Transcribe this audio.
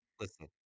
Listen